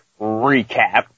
recap